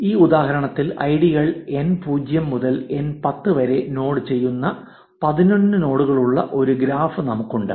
ഈ ഉദാഹരണത്തിൽ ഐഡികൾ എൻ 0 മുതൽ എൻ 10 വരെ നോഡ് ചെയ്യുന്ന 11 നോഡുകളുള്ള ഒരു ഗ്രാഫ് നമുക്കുണ്ട്